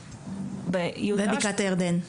יהודה בקעת הירדן.